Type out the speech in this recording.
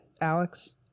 Alex